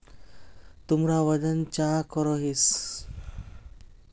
तुमरा वजन चाँ करोहिस?